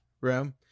room